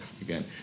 again